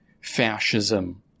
fascism